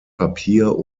papier